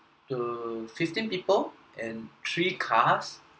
the fifteen people and three cars